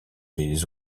les